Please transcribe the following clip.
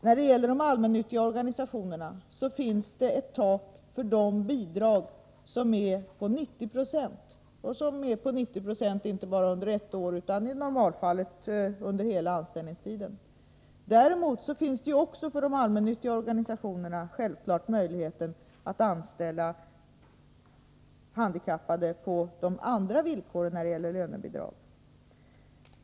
För det andra finns det ett tak för dessa bidrag på 90 26 när det gäller de allmännyttiga organisationerna. Denna siffra gäller inte bara under ett år, utan normalt under hela anställningstiden. Däremot finns också för de allmännyttiga organisationerna självfallet möjligheten att anställa handikappade på de andra villkoren beträffande lönebidrag.